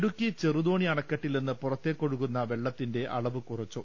ഇടുക്കി ചെറുതോണി അണക്കെട്ടിൽ നിന്ന് പുറത്തേക്കൊഴു ക്കുന്ന വെള്ളത്തിന്റെ അളവ് കുറച്ചു